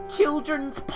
Children's